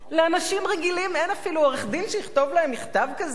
לאנשים רגילים אין אפילו עורך-דין שיכתוב להם מכתב כזה,